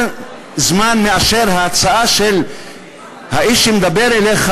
זמן מאשר בהצעה של האיש שמדבר אליך,